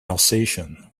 alsatian